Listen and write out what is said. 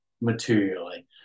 materially